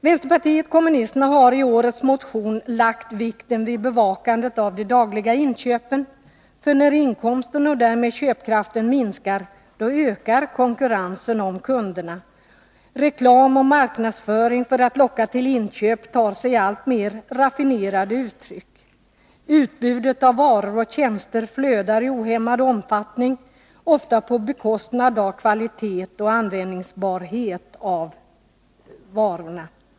Vpk har i årets motion i denna fråga lagt vikten vid bevakandet av de dagliga inköpen, därför att när inkomsten och därmed köpkraften minskar så ökar konkurrensen om kunderna. Reklam och marknadsföring för att locka till inköp tar sig alltmer raffinerade uttryck. Utbudet av varor och tjänster flödar i ohämmad omfattning, ofta på bekostnad av kvalitet och användbarhet.